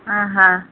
ହାଁ ହାଁ